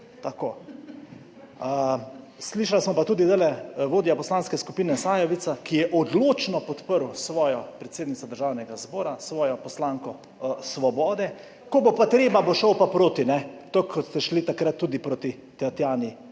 Slišali smo pa tudi zdajle vodjo poslanske skupine Sajovica, ki je odločno podprl svojo predsednico Državnega zbora, svojo poslanko Svobode, ko bo treba, bo šel pa proti, tako kot ste šli takrat tudi proti Tatjani